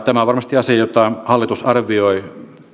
tämä on varmasti asia jota hallitus arvioi